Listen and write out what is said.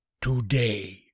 Today